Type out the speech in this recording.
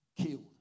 killed